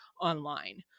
online